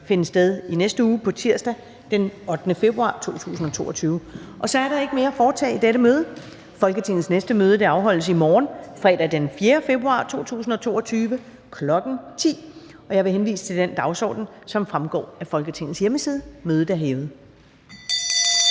Første næstformand (Karen Ellemann): Så er der ikke mere at foretage i dette møde. Folketingets næste møde afholdes i morgen, fredag den 4. februar 2022, kl. 10.00. Jeg vil henvise til den dagsorden, der fremgår af Folketingets hjemmeside. Mødet er hævet.